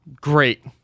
Great